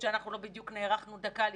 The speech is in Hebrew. שאנחנו לא בדיוק נערכנו דקה לפני,